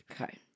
Okay